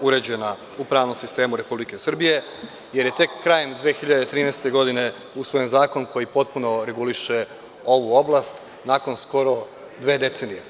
uređena u pravnom sistemu Republike Srbije jer je tek krajem 2013. godine usvojen Zakon koji potpuno reguliše ovu oblast nakon skoro dve decenije.